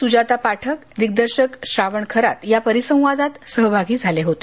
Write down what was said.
सूजाता पाठक दिग्दर्शक श्रावण खरात या परिसंवादात सहभागी झाले होते